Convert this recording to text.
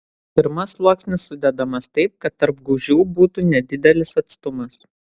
pirmas sluoksnis sudedamas taip kad tarp gūžių būtų nedidelis atstumas